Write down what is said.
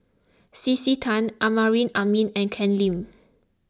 C C Tan Amrin Amin and Ken Lim